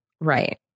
Right